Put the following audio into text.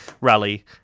rally